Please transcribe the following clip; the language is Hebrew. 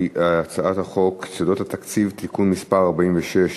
הצעת חוק יסודות התקציב (תיקון מס' 46),